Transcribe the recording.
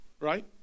right